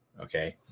Okay